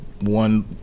one